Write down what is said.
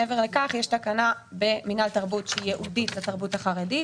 מעבר לכך יש תקנה במינהל תרבות שהיא ייעודית לתרבות החרדית.